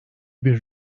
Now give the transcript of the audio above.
bir